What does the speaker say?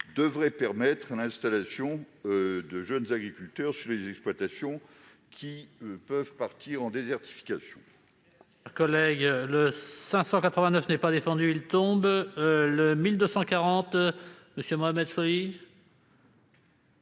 devrait permettre l'installation de jeunes agriculteurs sur des exploitations, qui, sinon, connaîtraient une désertification.